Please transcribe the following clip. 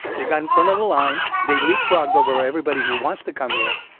they got in front of the line. they leapfrogged over everybody who wants to come here,